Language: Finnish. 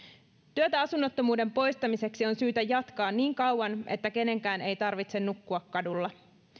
työtä asunnottomuuden poistamiseksi on syytä jatkaa niin kauan että kenenkään ei tarvitse nukkua kadulla